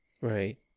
Right